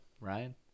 Ryan